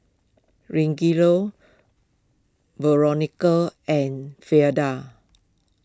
Rogelio Veronica and Fleda